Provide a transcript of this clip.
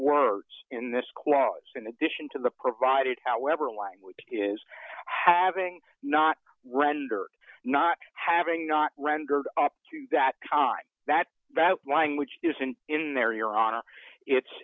words in this clause in addition to the provided however language is having not rendered not having not rendered up to that time that that language isn't in there your honor it's